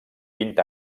vint